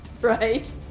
right